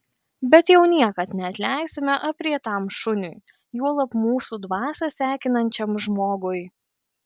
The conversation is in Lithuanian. bet jau niekad neatleisime aprietam šuniui juolab mūsų dvasią sekinančiam žmogui